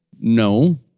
No